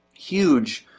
huge,